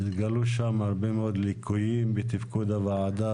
והתגלו הרבה מאוד ליקויים בתפקוד הוועדה